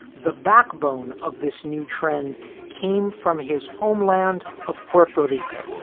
the backbone of this new trend came from his homeland of puerto rico